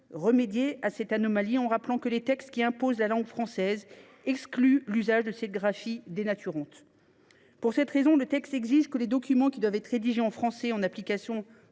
remédier à cette anomalie en rappelant que les textes qui imposent la langue française excluent l’usage de cette graphie dénaturante. Pour cette raison, la présente proposition de loi dispose que les documents qui doivent être rédigés en français, en application